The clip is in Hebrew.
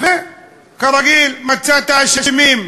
וכרגיל, מצא את האשמים.